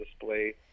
display